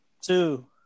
two